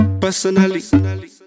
personally